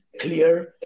clear